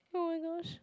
oh-my-gosh